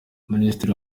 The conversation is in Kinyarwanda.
ministre